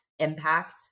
impact